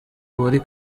wari